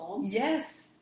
Yes